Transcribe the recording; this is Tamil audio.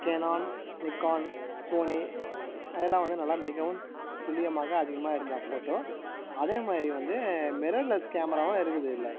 கேனான் நிக்கான் சோனி அதுலாம் வந்து நல்லா மிகவும் துல்லியமாக அதிகமாக எடுக்கலாம் ஃபோட்டோ அதே மாதிரி வந்து மிரர் லெஸ் கேமராவும் இருக்குது இதில்